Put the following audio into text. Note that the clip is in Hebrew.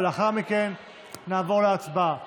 ולאחר מכן נעבור להצבעה.